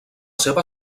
seva